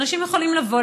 אנשים יכולים לבוא,